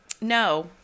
No